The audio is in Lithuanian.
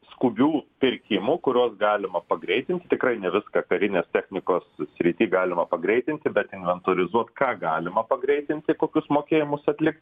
skubių pirkimų kuriuos galima pagreitint tikrai ne viską karinės technikos srity galima pagreitinti bet inventorizuot ką galima pagreitinti kokius mokėjimus atlikt